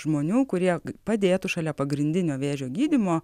žmonių kurie padėtų šalia pagrindinio vėžio gydymo